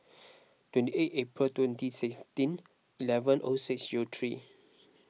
twenty eight April twenty sixteen eleven O six zero three